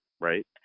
Right